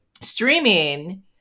streaming